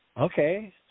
Okay